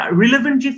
relevant